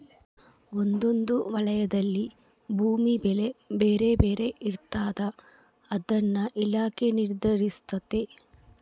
ಒಂದೊಂದು ವಲಯದಲ್ಲಿ ಭೂಮಿ ಬೆಲೆ ಬೇರೆ ಬೇರೆ ಇರ್ತಾದ ಅದನ್ನ ಇಲಾಖೆ ನಿರ್ಧರಿಸ್ತತೆ